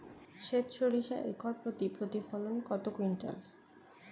সেত সরিষা একর প্রতি প্রতিফলন কত কুইন্টাল?